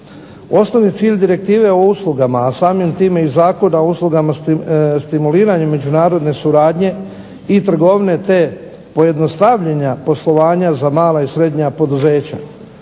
Osnovni cilj direktive o uslugama, a samim time i Zakona o uslugama stimuliranjem međunarodne suradnje i trgovine, te pojednostavljenja poslovanja za mala i srednja poduzeća,